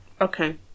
Okay